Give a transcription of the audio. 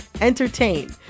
entertain